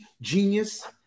genius